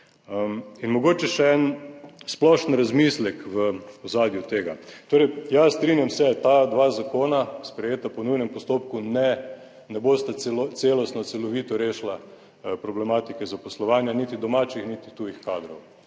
In mogoče še en splošen razmislek v ozadju tega. Tore ja, strinjam se, ta dva zakona sprejeta po nujnem postopku ne bosta celostno, celovito rešila problematike zaposlovanja niti domačih niti tujih kadrov.